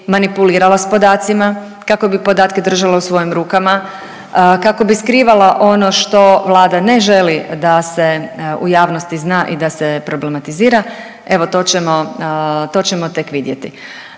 manipulirala s podacima, kako bi podatke držala u svojim rukama, kako bi skrivala ono što Vlada ne želi da se u javnosti zna i da se problematizira, evo to ćemo tek vidjeti.